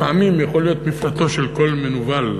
לפעמים יכול להיות מפלטו של כל מנוול,